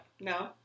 No